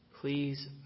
Please